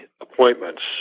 appointments